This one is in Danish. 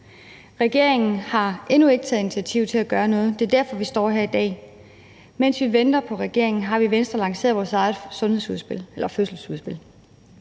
Regeringen har endnu ikke taget initiativ til at gøre noget, og det er derfor, vi står her i dag. Mens vi venter på regeringen, har vi i Venstre lanceret vores eget fødselsudspil.